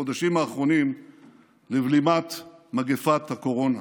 בחודשים האחרונים לבלימת מגפת הקורונה.